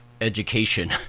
Education